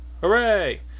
Hooray